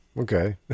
Okay